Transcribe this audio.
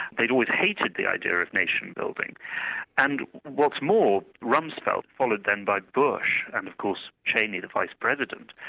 they'd always hated the idea of nation-building, and what's more, rumsfeld, followed then by bush, and of course cheney, the vice-president,